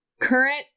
current